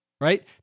right